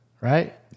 right